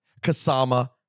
Kasama